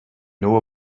know